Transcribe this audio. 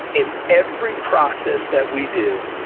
in every process that we do,